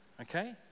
okay